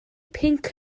pinc